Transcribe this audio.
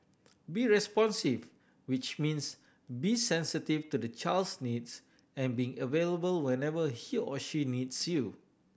be responsive which means be sensitive to the child's needs and being available whenever he or she needs you